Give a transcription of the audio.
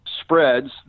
spreads